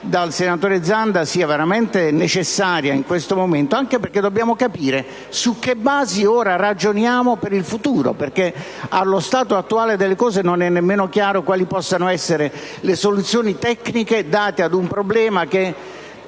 dal senatore Zanda in questo momento sia necessaria, anche perché dobbiamo capire su che basi, ora, ragioniamo per il futuro. Allo stato attuale delle cose non è nemmeno chiaro quali possano essere le soluzioni tecniche da dare ad un problema che